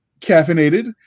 caffeinated